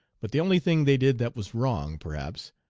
but the only thing they did that was wrong, perhaps,